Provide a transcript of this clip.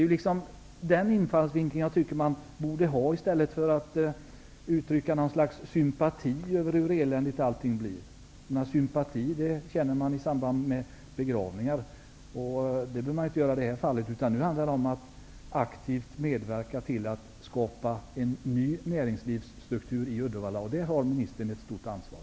Jag tycker att man borde ha den infallsvinkeln i stället för att bara uttrycka en sympati över hur eländigt allting blir. Sympati brukar man känna i samband med begravningar, men nu handlar det om att aktivt medverka till att skapa en ny näringslivsstruktur i Uddevalla, och i det sammanhanget har näringsministern ett stort ansvar.